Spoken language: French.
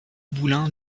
boulins